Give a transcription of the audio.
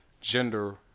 gender